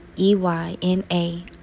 E-Y-N-A